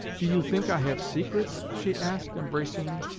do you think i have secrets? she asked, embracing me.